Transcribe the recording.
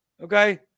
Okay